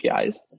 APIs